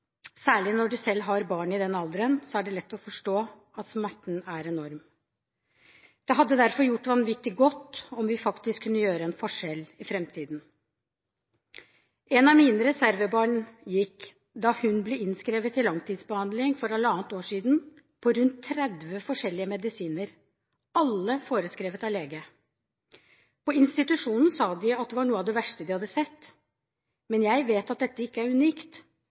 Særlig når du selv har barn i den alderen, er det så lett å forstå at smerten er enorm. Det hadde derfor gjort vanvittig godt om vi faktisk kunne gjøre en forskjell i framtiden. Et av mine reservebarn gikk – da hun ble innskrevet til langtidsbehandling for halvannet år siden – på rundt 30 forskjellige medisiner, og alle var forskrevet av lege. På institusjonen sa de at dette var noe av det verste de hadde sett, men jeg vet at dette ikke er unikt,